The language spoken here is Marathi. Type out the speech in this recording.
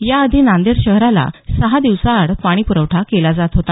या आधी नांदेड शहराला सहा दिवसा आड पाणी प्रवठा केला जात होता